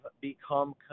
become